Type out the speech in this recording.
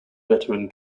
veteran